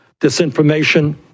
disinformation